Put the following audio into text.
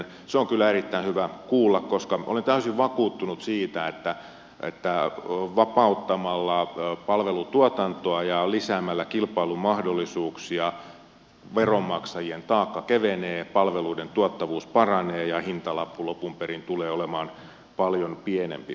se on kyllä erittäin hyvä kuulla koska olen täysin vakuuttunut siitä että vapauttamalla palvelutuotantoa ja lisäämällä kilpailumahdollisuuksia veronmaksajien taakka kevenee palveluiden tuottavuus paranee ja hintalappu lopun perin tulee olemaan paljon pienempi